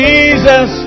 Jesus